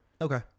okay